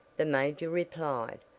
the major replied,